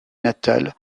natal